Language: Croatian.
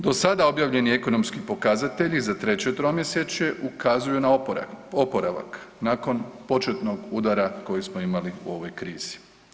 Do sada objavljeni ekonomski pokazatelji za treće tromjesečje ukazuju na oporavak nakon početnog udara koji smo imali u ovoj krizi.